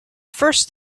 first